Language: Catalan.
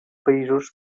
països